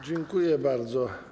Dziękuję bardzo.